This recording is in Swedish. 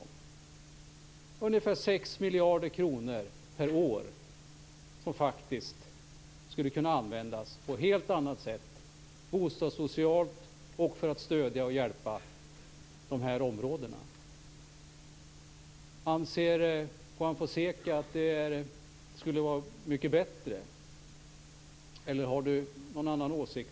Det rör som om ca 6 miljarder kronor per år som skulle kunna användas på ett helt annat sätt, bostadssocialt och för att stödja och hjälpa dessa områden. Anser Juan Fonseca att detta skulle vara mycket bättre, eller har han någon annan åsikt?